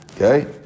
Okay